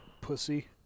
Pussy